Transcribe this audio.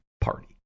Party